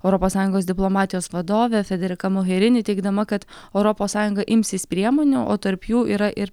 europos sąjungos diplomatijos vadovė federika moherini teigdama kad europos sąjunga imsis priemonių o tarp jų yra ir